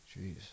Jeez